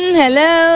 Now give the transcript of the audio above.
hello